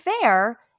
fair –